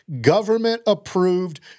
government-approved